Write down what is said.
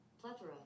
Plethora